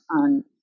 on